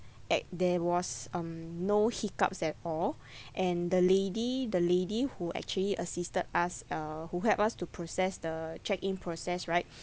at there was um no hiccups at all and the lady the lady who actually assisted us uh who helped us to process the check-in process right